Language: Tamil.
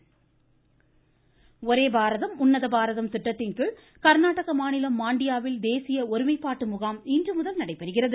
ஒரே பாரதம் ஒரே பாரதம் உன்னத பாரதம் திட்டத்தின்கீழ் கர்நாடக மாநிலம் மாண்டியாவில் தேசிய ஒருமைப்பாட்டு முகாம் இன்று முதல் நடைபெறுகிறது